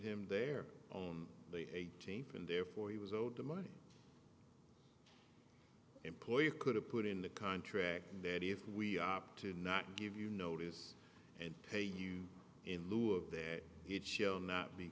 him there on the a cheap and therefore he was owed to money employer could have put in the contract that if we opt to not give you notice and pay you in lieu of that he'd show not be